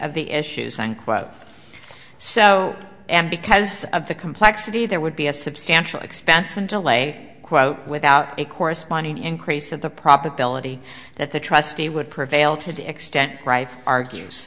of the issues unquote so and because of the complexity there would be a substantial expense and delay quote without a corresponding increase of the probability that the trustee would prevail to the extent